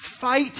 Fight